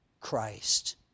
Christ